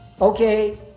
okay